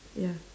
ya